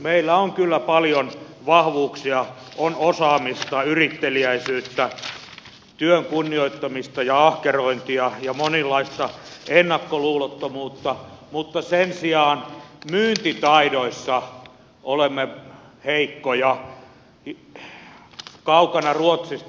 meillä on kyllä paljon vahvuuksia on osaamista yritteliäisyyttä työn kunnioittamista ja ahkerointia ja monenlaista ennakkoluulottomuutta mutta sen sijaan myyntitaidoissa olemme heikkoja kaukana ruotsista